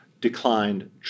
declined